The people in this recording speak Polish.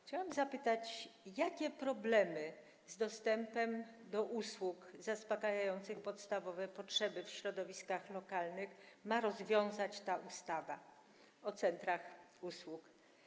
Chciałam zapytać, jakie problemy z dostępem do usług zaspokajających podstawowe potrzeby w środowiskach lokalnych ma rozwiązać ta ustawa o centrach usług.